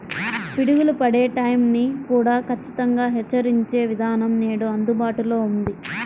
పిడుగులు పడే టైం ని కూడా ఖచ్చితంగా హెచ్చరించే విధానం నేడు అందుబాటులో ఉంది